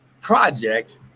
project